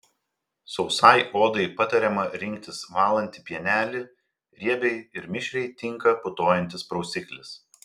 sausai odai patariama rinktis valantį pienelį riebiai ir mišriai tinka putojantis prausiklis